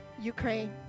Ukraine